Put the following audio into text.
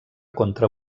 contra